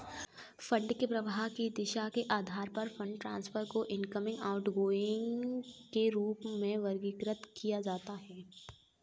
fund के प्रवाह की दिशा के आधार पर फंड ट्रांसफर को इनकमिंग, आउटगोइंग के रूप में वर्गीकृत किया जाता है